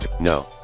No